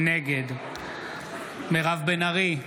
נגד מירב בן ארי,